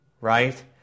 Right